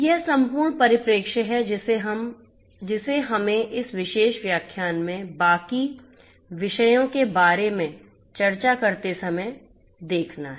यह सम्पूर्ण परिप्रेक्ष्य है जिसे हमें इस विशेष व्याख्यान में बाकी विषयों के बारे में चर्चा करते समय रखना है